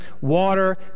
water